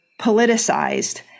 politicized